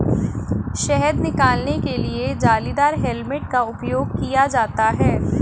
शहद निकालने के लिए जालीदार हेलमेट का उपयोग किया जाता है